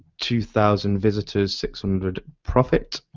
two thousand visitors, six hundred profit.